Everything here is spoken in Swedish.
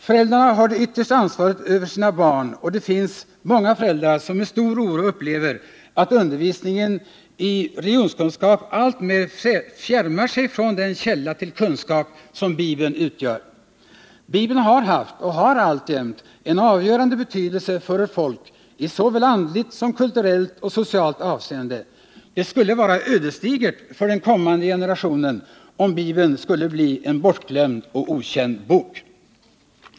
Föräldrarna har det yttersta ansvaret för sina barn, och det finns många föräldrar som med stor oro upplever att undervisningen i religionskunskap alltmer fjärmar sig från den källa till kunskaper som Bibeln utgör. Bibeln har haft och har alltjämt en avgörande betydelse för vårt folk i såväl andligt som kulturellt och socialt avseende. Det skulle vara ödesdigert för den kommande generationen om Bibeln skulle bli en bortglömd och okänd bok.